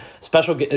special